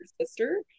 sister